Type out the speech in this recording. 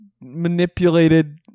manipulated